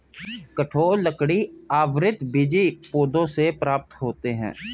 कठोर लकड़ी आवृतबीजी पौधों से प्राप्त होते हैं